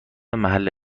محل